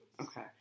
Okay